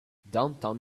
downtown